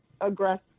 aggressive